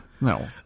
No